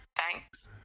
thanks